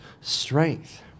strength